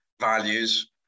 values